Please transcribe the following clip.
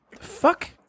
fuck